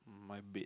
my bed